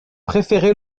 préféré